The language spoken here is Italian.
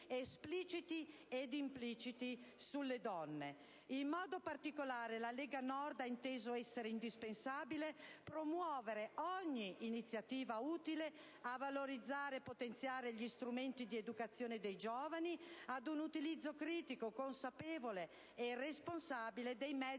espliciti ed impliciti, sulle donne. In modo particolare, la Lega Nord ritiene indispensabile promuovere ogni iniziativa utile a valorizzare e potenziare gli strumenti di educazione dei giovani, ad un utilizzo critico, consapevole e responsabile dei mezzi